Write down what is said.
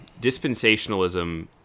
dispensationalism